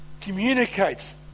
communicates